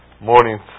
morning